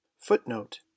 Footnote